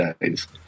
days